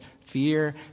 fear